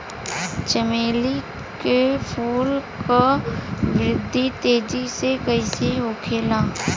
चमेली क फूल क वृद्धि तेजी से कईसे होखेला?